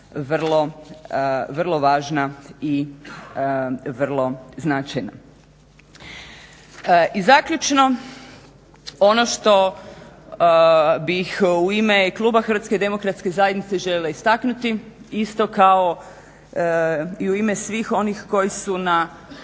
vrlo važna i vrlo značajna. I zaključno, ono što bih u ime kluba HDZ-a željela istaknuti, isto kao i u ime svih onih koji su